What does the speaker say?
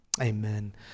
Amen